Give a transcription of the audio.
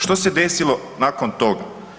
Što se desilo nakon toga?